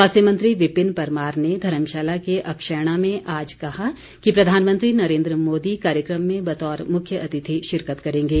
स्वास्थ्य मंत्री विपिन परमार ने धर्मशाला के अक्षैणा में आज कहा कि प्रधानमंत्री नरेन्द्र मोदी कार्यक्रम में बतौर मुख्य अतिथि शिरकत करेंगे